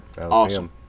Awesome